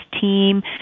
team